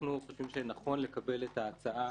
אנחנו חושבים שנכון לקבל את ההצעה